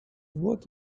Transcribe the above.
what